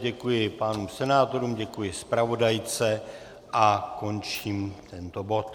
Děkuji pánům senátorům, děkuji zpravodajce a končím tento bod.